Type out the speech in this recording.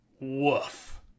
woof